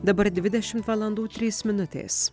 dabar dvidešimt valandų trys minutės